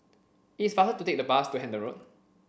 it's faster to take the bus to Hendon Road